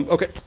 Okay